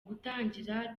gutangira